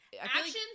Actions